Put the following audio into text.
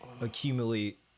accumulate